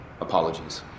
Apologies